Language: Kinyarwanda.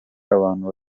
abantu